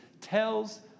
tells